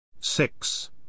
Six